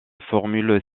formule